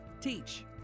Teach